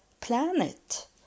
planet